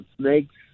snake's